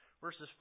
verses